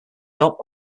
dock